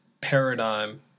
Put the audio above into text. paradigm